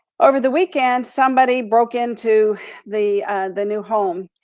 over the weekend somebody broke into the the new home.